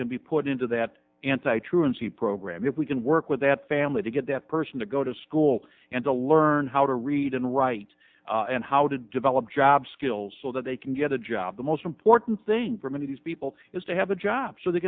can be put into that anti truancy program if we can work with that family to get that person to go to school and to learn how to read and write and how to develop job skills so that they can get a job the most important thing for many of these people is to have a job so they